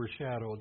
overshadowed